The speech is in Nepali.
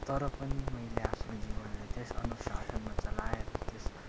तर पनि मैले आफ्नो जीवनलाई त्यस अनुशासनमा चलाएर त्यस